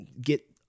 get